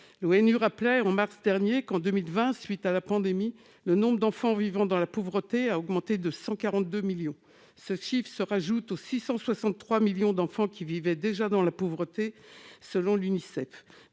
L'ONU rappelait en mars dernier qu'en 2020, à la suite de la pandémie, le nombre d'enfants vivant dans la pauvreté avait augmenté de 142 millions. Ce chiffre s'ajoute à celui des 663 millions d'enfants qui vivaient déjà dans la pauvreté, selon l'Unicef.